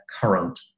current